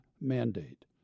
mandate